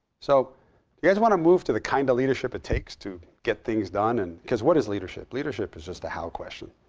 so do you guys want to move to the kind of leadership it takes to get things done, and because what is leadership? leadership is just a how question.